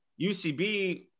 ucb